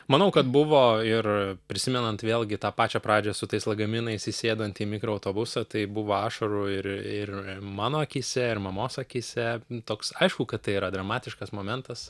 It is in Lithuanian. manau kad buvo ir prisimenant vėlgi tą pačią pradžią su tais lagaminais įsėdant į mikroautobusą tai buvo ašarų ir ir mano akyse ir mamos akyse toks aišku kad tai yra dramatiškas momentas